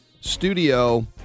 studio